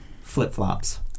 Flip-flops